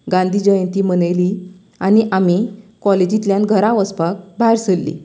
गांधी जयंती मनयली आनी आमी कॉलिजींतल्यान घरां वचपाक भायर सरली